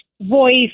voice